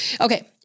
Okay